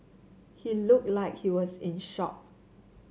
he looked like he was in shock